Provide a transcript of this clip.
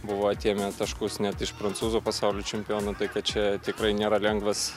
buvo atėmę taškus net iš prancūzo pasaulio čempiono tai kad čia tikrai nėra lengvas